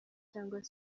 cyangwa